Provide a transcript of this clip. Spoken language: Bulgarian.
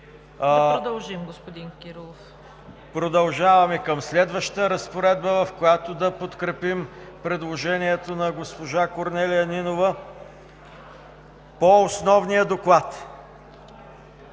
на конкретните текстове. Продължаваме към следващата разпоредба, в която да подкрепим предложението на госпожа Корнелия Нинова по основния доклад.